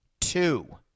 two